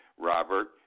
Robert